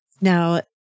Now